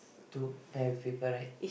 two pair of people right